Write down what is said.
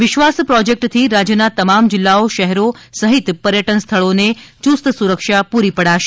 વિશ્વાસ પ્રોજેક્ટથી રાજ્યના તમામ જિલ્લાઓ શહેરો સહિત પર્યટન સ્થળોને યુસ્ત સુરક્ષા પુરી પડાશે